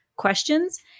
Questions